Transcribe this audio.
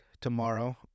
tomorrow